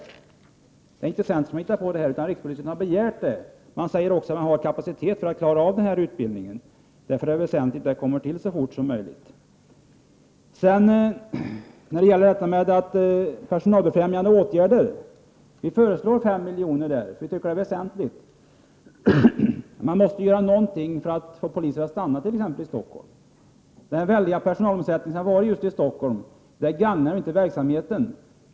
Det är alltså inte centern som har hittat på det här. På rikspolisstyrelsen säger man också att det finns kapacitet att klara av utbildningen. Därför är det väsentligt att det snarast blir en ökning. När det gäller personalbefrämjande åtgärder föreslår centern 5 milj.kr. Vi tycker att det är en väsentlig sak, eftersom man måste göra någonting för att få poliser att stanna i t.ex. Stockholm. Den väldiga personalomsättningen i just Stockholm gagnar inte verksamheten.